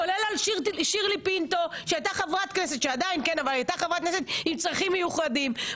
כולל על שירלי פינטו שהייתה חברת כנסת עם צרכים מיוחדת,